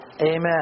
amen